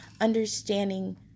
understanding